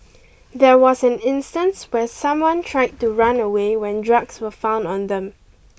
there was an instance where someone tried to run away when drugs were found on them